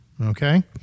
Okay